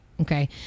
okay